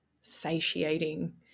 satiating